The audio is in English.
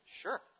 Sure